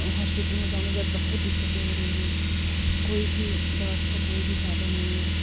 hospital में जाने के बाद बहुत दिक्कतें हो रही है कोई भी व्यवस्था कोई भी साधन नहीं है